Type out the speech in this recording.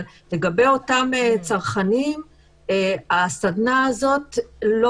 אבל לגבי אותם צרכנים הסדנה הזאת לא